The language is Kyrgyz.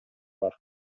бар